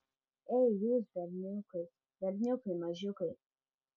ei jūs berniukai berniukai mažiukai